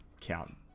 count